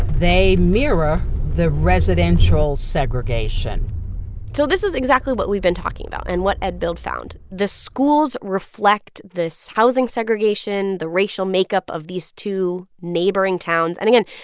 they mirror the residential segregation so this is exactly what we've been talking about and what edbuild found. the schools reflect this housing segregation, the racial makeup of these two neighboring towns. and again,